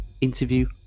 interview